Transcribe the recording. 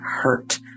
hurt